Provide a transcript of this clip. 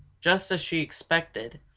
just as she expected,